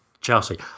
Chelsea